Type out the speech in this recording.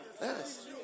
Yes